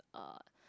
uh